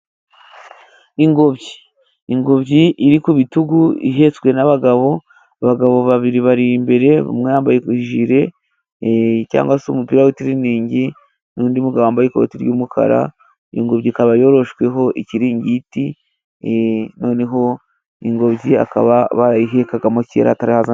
Ingobyi ingobyi iri ku bitugu ihetswe n'abagabo abagabo babiri, bari imbere umwe yambaye ijiri cyangwa se umupira wa tiriningi n'undi mugabo wambaye ikoti ry'umukara, iyo ngobyi ikaba yoroshweho ikiringiti noneho ingobyi akaba barayihikagamo kera.